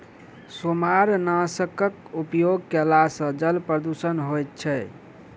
सेमारनाशकक उपयोग करला सॅ जल प्रदूषण होइत छै